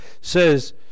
says